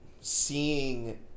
Seeing